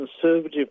conservative